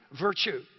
virtue